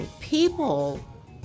People